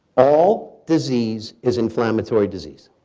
all disease is inflammatory disease.